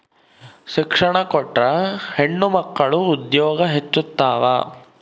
ಶಿಕ್ಷಣ ಕೊಟ್ರ ಹೆಣ್ಮಕ್ಳು ಉದ್ಯೋಗ ಹೆಚ್ಚುತಾವ